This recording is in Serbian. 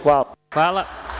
Hvala.